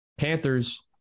Panthers